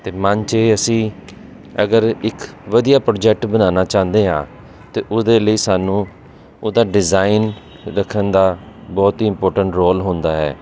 ਅਤੇ ਮਨ 'ਚ ਅਸੀਂ ਅਗਰ ਇੱਕ ਵਧੀਆ ਪ੍ਰੋਜੈਕਟ ਬਣਾਉਣਾ ਚਾਹੁੰਦੇ ਹਾਂ ਤਾਂ ਉਹਦੇ ਲਈ ਸਾਨੂੰ ਉਹਦਾ ਡਿਜ਼ਾਇਨ ਰੱਖਣ ਦਾ ਬਹੁਤ ਹੀ ਇੰਪੋਰਟੈਂਟ ਰੋਲ ਹੁੰਦਾ ਹੈ